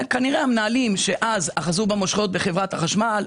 כנראה המנהלים שאז אחזו במושכות בחברת החשמל,